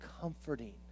comforting